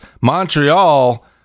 Montreal